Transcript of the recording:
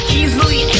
easily